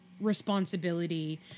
responsibility